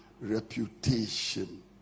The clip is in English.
reputation